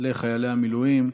לחיילי המילואים,